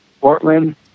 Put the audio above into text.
portland